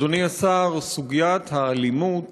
אדוני השר, סוגיית האלימות